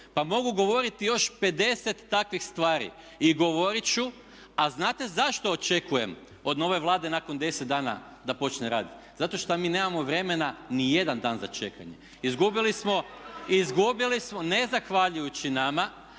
Pa mogu govoriti još 50 takvih stvari i govorit ću. A znate zašto očekujem od nove Vlade nakon 10 dana da počne raditi? Zato šta mi nemamo vremena ni jedan dan za čekanje. Izgubili smo, ne zahvaljujući nama,